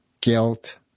guilt